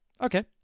Okay